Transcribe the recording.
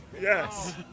Yes